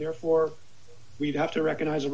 therefore we have to recognize